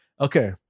Okay